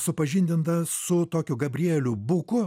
supažindintas su tokiu gabrieliu buku